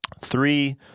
three